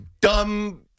dumb